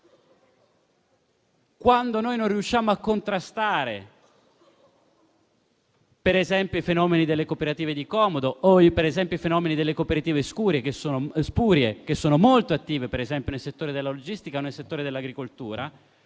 Quando non riusciamo a contrastare il fenomeno delle cooperative di comodo o delle cooperative spurie, che sono molto attive nei settori della logistica e dell'agricoltura,